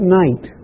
night